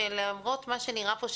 שלמרות מה שנראה פה,